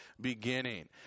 beginning